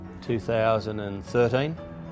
2013